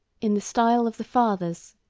in the style of the fathers,